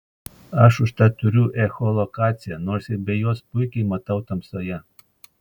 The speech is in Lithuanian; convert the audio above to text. aš užtat turiu echolokaciją nors ir be jos puikiai matau tamsoje